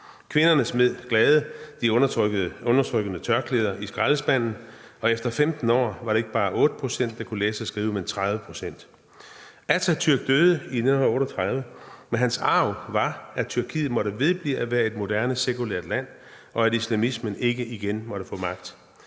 Kvinder smed glade de undertrykkende tørklæder i skraldespanden, og efter 15 år var det ikke bare 8 pct. der kunne læse og skrive, men 30 pct. Atatürk døde i 1938, men hans arv var, at Tyrkiet måtte vedblive at være et moderne, sekulært land, og at islamismen ikke igen måtte få magt.